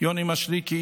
יוני מישרקי,